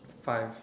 five